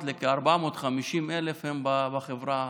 כ-450,000 הם בחברה הערבית.